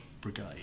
Brigade